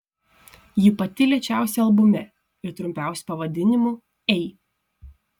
ji pati lėčiausia albume ir trumpiausiu pavadinimu ei